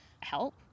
help